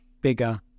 bigger